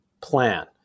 plan